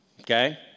Okay